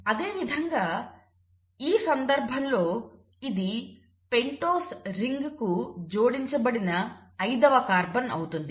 అదేవిధంగా ఈ సందర్భంలో ఇది పెంటోస్ రింగ్కు జోడించబడిన ఐదవ కార్బన్ అవుతుంది